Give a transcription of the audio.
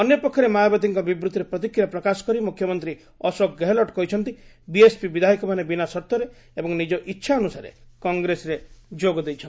ଅନ୍ୟ ପକ୍ଷରେ ମାୟାବତୀଙ୍କ ବିବୃଭିରେ ପ୍ରତିକ୍ରିୟା ପ୍ରକାଶ କରି ମୁଖ୍ୟମନ୍ତ୍ରୀ ଅଶୋକ ଗେହେଲଟ କହିଛନ୍ତି ବିଏସ୍ପି ବିଧାୟକମାନେ ବିନା ସର୍ଭରେ ଏବଂ ନିଜ ଇଚ୍ଛା ଅନୁସାରେ କଂଗ୍ରେସରେ ଯୋଗ ଦେଇଛନ୍ତି